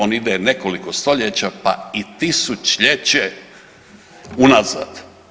On ide nekoliko stoljeća pa i tisućljeće unazad.